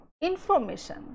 information